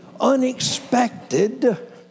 unexpected